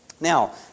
Now